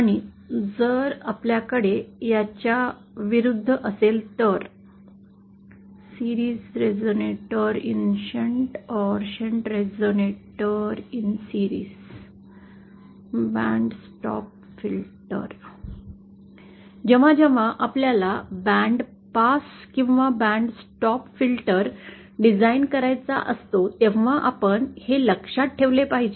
आणि जर आपल्याकडे याच्या विरुद्ध असेल तर जेव्हा जेव्हा आपल्याला बँड पास किंवा बँड स्टॉप फिल्टर डिझाईन करायचा असतो तेव्हा आपण हे लक्षात ठेवले पाहिजे